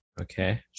Okay